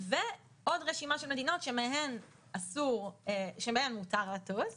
ועוד רשימה של מדינות שאליהן מותר לטוס,